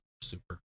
super